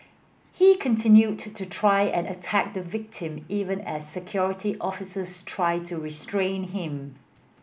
he continued to try and attack the victim even as Security Officers tried to restrain him